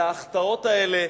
על ההחטאות האלה,